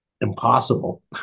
impossible